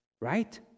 Right